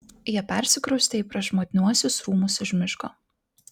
jie persikraustė į prašmatniuosius rūmus už miško